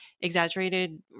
exaggerated